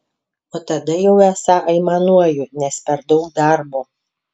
o tada jau esą aimanuoju nes per daug darbo